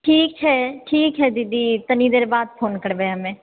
ठीक छै ठीक है दीदी कनीदेर बाद फोन करबै हमे